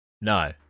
No